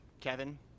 Kevin